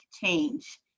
change